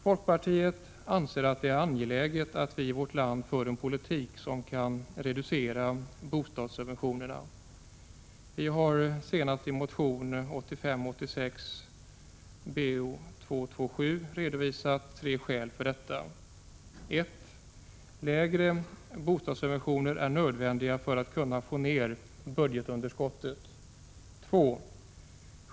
Folkpartiet anser att det är angeläget att vi i vårt land för en politik som kan reducera bostadssubventionerna. Vi har senast i motion 1985/86:Bo227 redovisat tre skäl för detta. 1. Lägre bostadssubventioner är nödvändiga för att kunna få ned budgetunderskottet. 2.